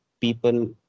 people